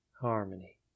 harmony